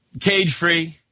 Cage-free